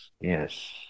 yes